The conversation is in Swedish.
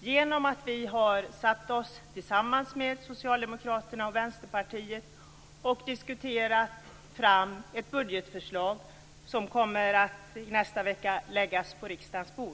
genom att vi har satt oss tillsammans med Socialdemokraterna och Vänsterpartiet och diskuterat fram ett budgetförslag som kommer att i nästa vecka läggas fram på riksdagens bord.